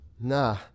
Nah